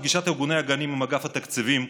בפגישת ארגוני הגנים עם אגף התקציבים,